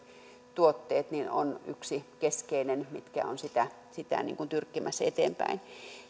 tuotteet on yksi keskeinen mikä on sitä tyrkkimässä eteenpäin